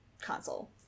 console